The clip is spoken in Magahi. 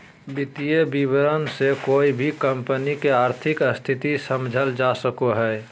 वित्तीय विवरण से कोय भी कम्पनी के आर्थिक स्थिति समझल जा सको हय